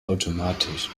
automatisch